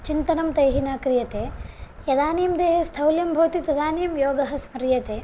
चिन्तनं तैः न क्रियते यदानीं देहे स्थौल्यं भवति तदानीं योगः स्मर्यते